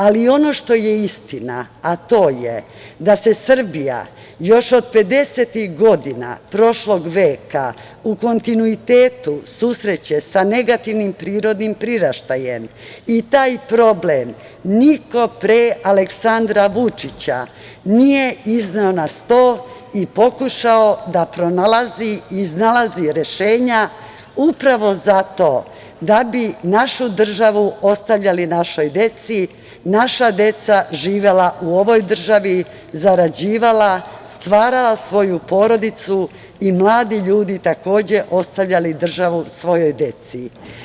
Ali, ono što je istina, a to je da se Srbija još od pedesetih godina prošlog veka u kontinuitetu susreće sa negativnim prirodnim priraštajem i taj problem niko pre Aleksandra Vučića nije izneo na sto i pokušao da pronalazi i iznalazi rešenja upravo zato da bi našu državu ostavljali našoj deci, naša deca živela u ovoj državi, zarađivala, stvarala svoju porodicu i mladi ljudi, takođe ostavljali državu svojoj deci.